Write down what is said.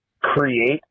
create